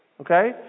Okay